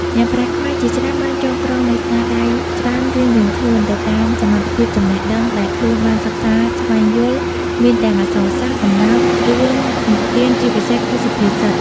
អ្នកប្រាជ្ញខ្មែរជាច្រើនបានចងក្រងនូវស្នាដៃច្រើនរៀងៗខ្លួនទៅតាមសមត្ថភាពចំណេះដឹង ដែលខ្លួនបានសិក្សាស្វែងយល់មានទាំងអក្សសាស្រ្ត កំណាព្យ រឿងនិទានជាពិសេសគឺសុភាសិត។